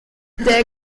der